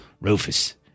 Rufus